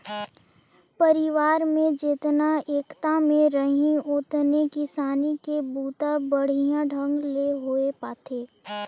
परिवार में जेतना एकता में रहीं ओतने किसानी के बूता बड़िहा ढंग ले होये पाथे